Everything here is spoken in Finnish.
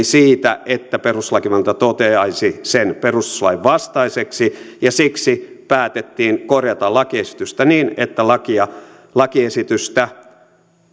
siitä että perustuslakivaliokunta toteaisi sen perustuslain vastaiseksi ja siksi päätettiin korjata lakiesitystä niin että lakiesitystä